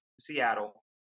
Seattle